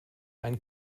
ein